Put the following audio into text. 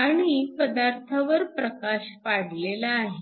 आणि पदार्थावर प्रकाश पाडलेला आहे